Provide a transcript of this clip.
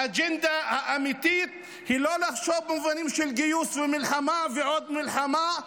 האג'נדה האמיתית היא לא לחשוב במונחים של גיוס ומלחמה ועוד מלחמה,